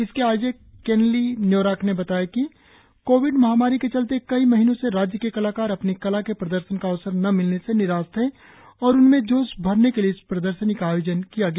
इसके आयोजक केन्ली न्योराक ने बताया कि कोविड महामारी के चलते कई महीनों से राज्य के कलाकार अपली कला के प्रदर्शन का अवसर न मिलने से निराश थे और उनमें जोश भरने के लिए इस प्रदर्शनी को आयोजित किया गया